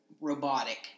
robotic